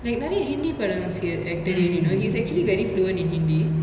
like நெரய:neraya hindi படோ:pado he's a actor really know he's actually very fluent in hindi